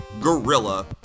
gorilla